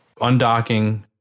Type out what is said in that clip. undocking